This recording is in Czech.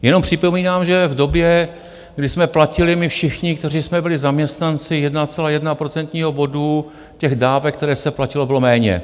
Jenom připomínám, že v době, kdy jsme platili my všichni, kteří jsme byli zaměstnanci 1,1 procentního bodu, těch dávek, které se platily, bylo méně.